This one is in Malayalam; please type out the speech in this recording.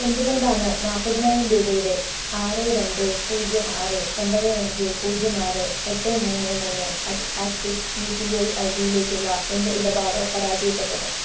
എന്തുകൊണ്ടാണ് നാൽപ്പതിനായിരം രൂപയുടെ ആറ് രണ്ട് പൂജ്യം ആറ് ഒമ്പത് അഞ്ച് പൂജ്യം ആറ് എട്ട് മൂന്ന് മൂന്ന് at Axis U P I I D യിലേക്കുള്ള എൻ്റെ ഇടപാട് പരാജയപ്പെട്ടത്